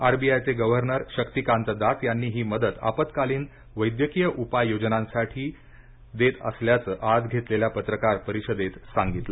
आरबीआयचे गव्हर्नर शक्तिकांत दास यांनी ही मदत आपत्कालीन वैद्यकीय उपाय योजनांसाठी डेन्ट असल्याचं आज घेतलेल्या पत्रकार परिषदेत सांगितलं